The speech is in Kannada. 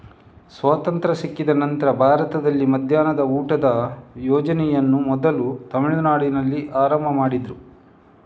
ಸ್ವಾತಂತ್ರ್ಯ ಸಿಕ್ಕ ನಂತ್ರ ಭಾರತದಲ್ಲಿ ಮಧ್ಯಾಹ್ನದ ಊಟದ ಯೋಜನೆಯನ್ನ ಮೊದಲು ತಮಿಳುನಾಡಿನಲ್ಲಿ ಆರಂಭ ಮಾಡಿದ್ರು